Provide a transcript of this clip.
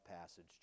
passage